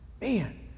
man